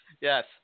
Yes